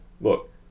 look